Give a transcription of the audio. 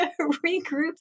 regroup